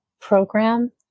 Program